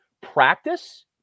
practice